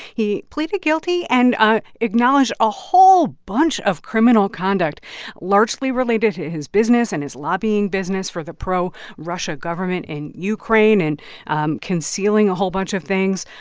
he pleaded guilty and ah acknowledged a whole bunch of criminal conduct largely related to his business and his lobbying business for the pro-russia but government in ukraine and um concealing a whole bunch of things.